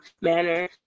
manner